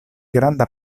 granda